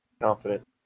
Confident